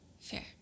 Fair